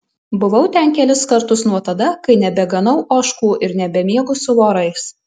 buvau ten kelis kartus nuo tada kai nebeganau ožkų ir nebemiegu su vorais